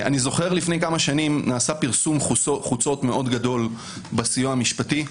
אני זוכר שלפני כמה שנים נעשה פרסום חוצות גדול מאוד בסיוע המשפטי.